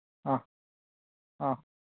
ആ ആ